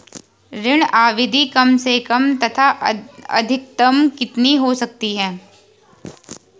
ऋण अवधि कम से कम तथा अधिकतम कितनी हो सकती है?